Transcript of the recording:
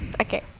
Okay